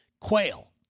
Quail